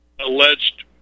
alleged